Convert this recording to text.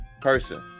person